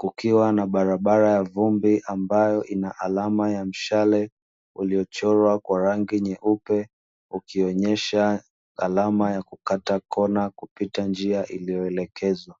kukiwa na barabara ya vumbi ambayo ina alama ya mshale uliochorwa kwa rangi nyeupe, ukionyesha alama ya kukata kona kupita njia iliyoelekezwa.